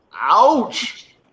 Ouch